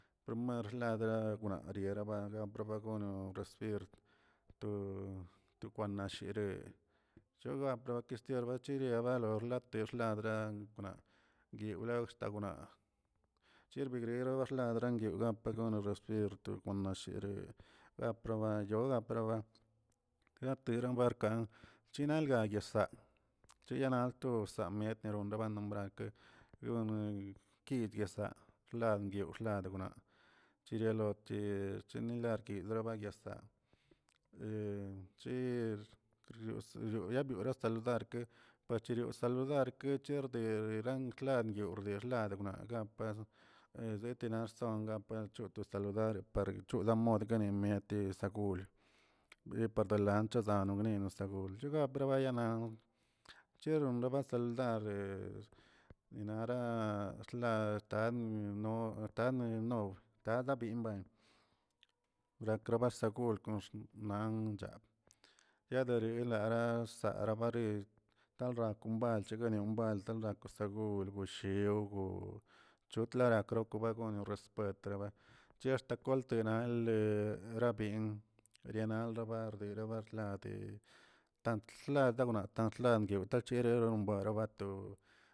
Promer ladraa arierabarioꞌ recibir to to kwanashire choga to bakistiera achirie barlora yixladranena guilaxtawrna, chirbigridno xtanwlna yogan par gono recibir tonashireꞌ yo proba yoga proba gateran barka chinalga yasaa, chinalto samiete reba nombrarke kid yasaa xlambio xladonaꞌ. chilialotche chenilakid berba yasaa chir yabiore saludarka parchirio saludar wircher rdan klan, yordernaa napar, letenan rosonga alchore saludare chodamodkenimia de sagul, be pardelant chazoni nosa gol cheza pebaryna cheron raba saludar nara atan atan ninobrə tada binbuen wraka basegul kon man chaab yaderi ralaa saara barii tal romba chegal tambal segur gushiugoo chotrara gotrabagono spetraba, chexta koltena le rabin erianalbaderb nabarlade tantgjladdeuna tantlandyuw tacher yombuer rabarato.